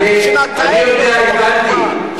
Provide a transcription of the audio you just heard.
שנתיים לא עושים כלום.